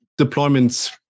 deployments